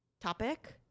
topic